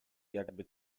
jakby